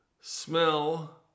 smell